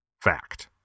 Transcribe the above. Fact